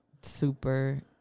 super